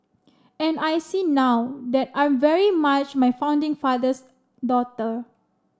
and I see now that I'm very much my founding father's daughter